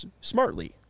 smartly